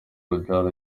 urubyaro